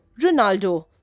Ronaldo